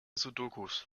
sudokus